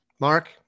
Mark